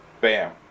bam